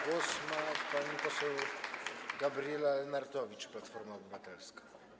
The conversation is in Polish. Głos ma pani poseł Gabriela Lenartowicz, Platforma Obywatelska.